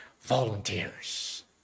volunteers